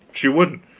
she wouldn't.